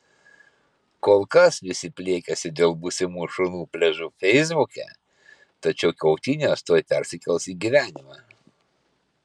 kol kas visi pliekiasi dėl būsimų šunų pliažų feisbuke tačiau kautynės tuoj persikels į gyvenimą